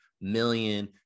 million